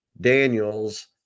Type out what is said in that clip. Daniels